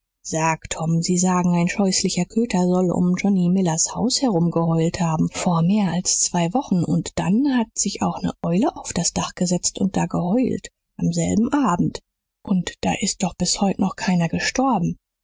sag tom sie sagen ein scheußlicher köter soll um johnny millers haus herumgeheult haben vor mehr als zwei wochen und dann hat sich auch ne eule auf das dach gesetzt und da geheult am selben abend und da ist doch bis heute noch keiner gestorben